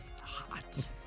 Hot